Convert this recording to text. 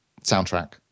soundtrack